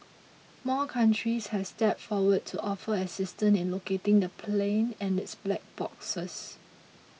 more countries have stepped forward to offer assistance in locating the plane and its black boxes